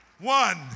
One